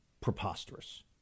preposterous